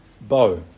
bow